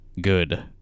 good